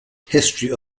history